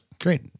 great